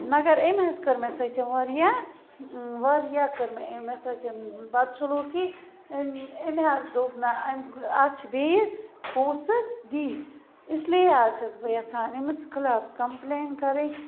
مَگَر أمۍ حظ کٔر مےٚ سۭتۍ واریاہ واریاہ کٔر مےٚ أمۍ مےٚ سۭتۍ بَد سلوٗکی أمۍ أمۍ حظ دوٚپ نَہ اَتھ چھِ بیٚیہِ پونٛسہٕ دِنۍ اِسلیے حظ چھَس بہٕ یَژھان أمِس خٕلاف کَمپٕلین کَرٕنۍ